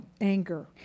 anger